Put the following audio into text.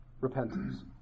repentance